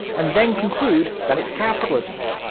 and then conclude that it's capitalism.